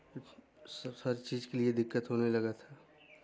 सब हर चीज़ के लिए दिक्कत होने लगा था